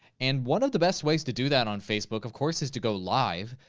and one of the best ways to do that on facebook, of course, is to go live.